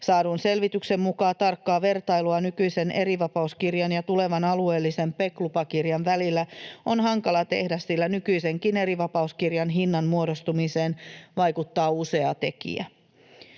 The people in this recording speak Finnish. Saadun selvityksen mukaan tarkkaa vertailua nykyisen erivapauskirjan ja tulevan alueellisen PEC-lupakirjan välillä on hankala tehdä, sillä nykyisenkin erivapauskirjan hinnan muodostumiseen vaikuttaa usea tekijä.